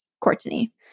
Courtney